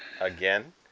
again